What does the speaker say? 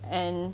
and